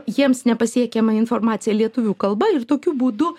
jiems nepasiekiama informacija lietuvių kalba ir tokiu būdu